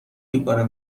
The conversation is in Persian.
میکنه